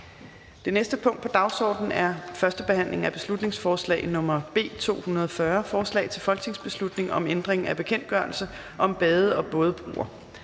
Det næste punkt på dagsordenen er: 20) 1. behandling af beslutningsforslag nr. B 240: Forslag til folketingsbeslutning om ændring af bekendtgørelse om bade- og bådebroer.